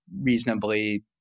reasonably